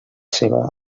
seua